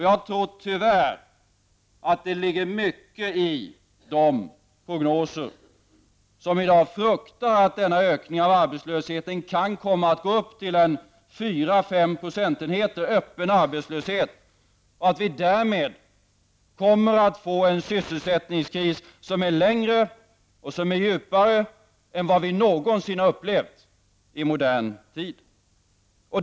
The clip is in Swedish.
Jag tror tyvärr att det ligger mycket i de prognoser som i dag förutspår att denna ökning av arbetslösheten kan komma att gå upp till fyra fem procentenheter öppen arbetslöshet och att vi därmed kommer att få en sysselsättningskris som är längre och djupare än vad vi någonsin har upplevt i modern tid.